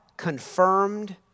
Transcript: confirmed